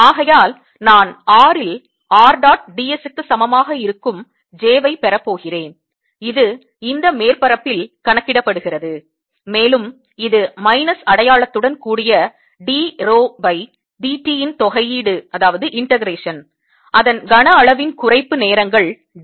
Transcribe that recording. ஆகையால் நான் r இல் r dot d s க்கு சமமாக இருக்கும் j வை பெறப்போகிறேன் இது இந்த மேற்பரப்பில் கணக்கிடப்படுகிறது மேலும் இது மைனஸ் அடையாளத்துடன் கூடிய d rho by d t ன் தொகையீடு அதன் கனஅளவின் குறைப்பு நேரங்கள் d